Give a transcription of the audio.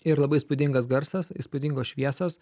ir labai įspūdingas garsas įspūdingos šviesos